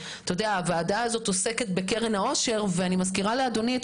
הוועדה הזו עוסקת בקרן העושר ואני מזכירה לאדוני את